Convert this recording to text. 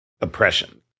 oppression